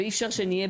ואי אפשר שנהיה,